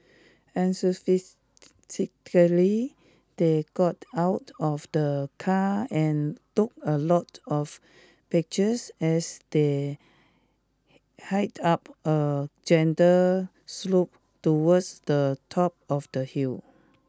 enthusiastically they got out of the car and took a lot of pictures as they hiked up a gentle slope towards the top of the hill